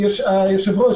היושב-ראש,